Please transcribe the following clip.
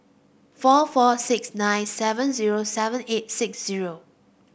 four four six nine seven zero seven eight six zero